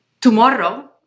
Tomorrow